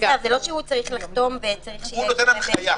זה לא שהוא צריך לחתום וצריך שיהיה --- הוא נותן הנחיה.